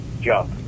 jump